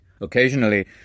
Occasionally